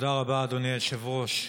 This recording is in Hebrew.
תודה רבה, אדוני היושב-ראש.